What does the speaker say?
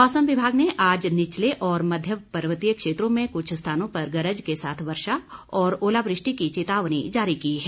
मौसम विभाग ने आज निचले और मध्य पर्वतीय क्षेत्रों में कुछ स्थानों पर गरज के साथ वर्षा और ओलावृष्टि की चेतावनी जारी की है